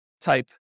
type